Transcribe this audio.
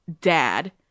Dad